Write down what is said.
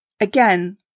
again